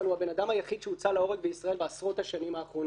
הוא הבן אדם היחיד שהוצא להורג בישראל בעשרות השנים האחרונות.